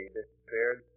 disappeared